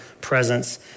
presence